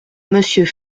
monsieur